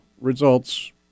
results